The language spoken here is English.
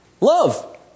Love